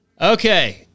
Okay